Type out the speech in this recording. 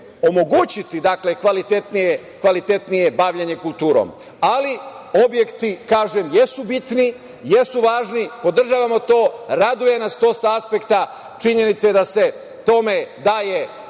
omogućiti kvalitetnije bavljenje kulturom. Objekti, kažem, jesu bitni, jesu važni. Podržavam to, raduje nas to sa aspekta činjenice da se tome daje